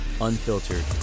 unfiltered